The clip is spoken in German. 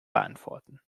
beantworten